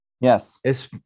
Yes